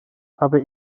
habe